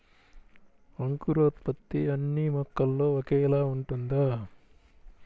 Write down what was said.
అంకురోత్పత్తి అన్నీ మొక్కల్లో ఒకేలా ఉంటుందా?